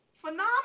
Phenomenal